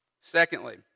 Secondly